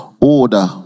order